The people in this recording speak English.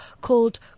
called